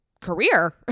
career